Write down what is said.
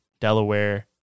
Delaware